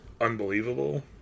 unbelievable